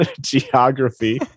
Geography